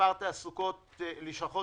במספר לשכות